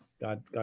God